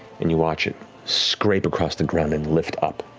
and you watch it scrape across the ground and lift up